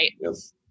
Yes